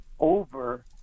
over